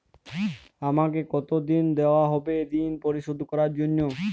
আমাকে কতদিন দেওয়া হবে ৠণ পরিশোধ করার জন্য?